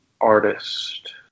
Artist